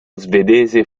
svedese